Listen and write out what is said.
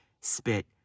spit